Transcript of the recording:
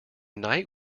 night